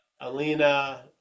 Alina